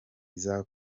iza